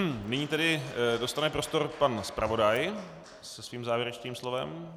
Nyní tedy dostane prostor pan zpravodaj se svým závěrečným slovem.